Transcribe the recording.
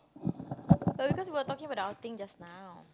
but because we were talking about the outing just now